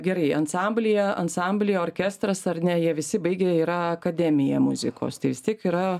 gerai ansamblyje ansamblį orkestras ar ne jie visi baigę yra akademiją muzikos tai vis tiek yra